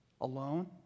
alone